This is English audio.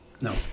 No